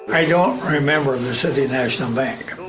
i don't remember the city national bank.